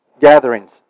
Gatherings